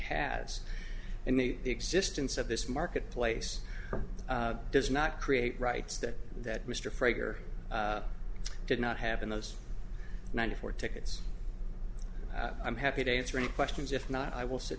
has in the existence of this marketplace does not create rights that that mr prager did not have in those ninety four tickets i'm happy to answer any questions if not i will sit